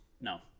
No